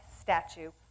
statue